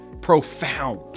Profound